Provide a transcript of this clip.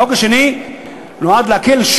החוק השני נועד להקל,